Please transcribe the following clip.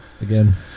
again